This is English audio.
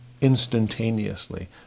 instantaneously